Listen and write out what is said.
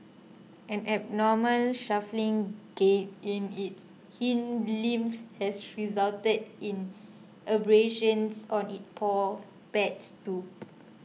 an abnormal shuffling gait in its hind limbs has resulted in abrasions on its paw pads too